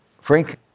Frank